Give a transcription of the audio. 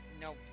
no